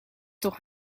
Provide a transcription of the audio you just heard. toch